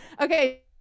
okay